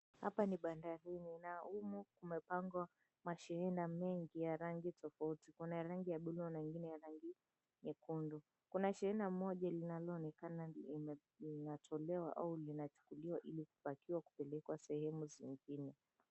Hapa ni bandarini na humu kumepangwa mashehena mengi ya rangi tofauti, kuna rangi ya buluu na ingine ya rangi nyekundu. Kuna shehena moja linaloonekana linatolewa au linachukuliwa ili kupakiwa kupelekwa sehemu zingine.